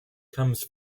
comes